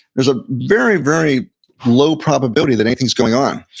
there's a very, very low probability that anything's going on,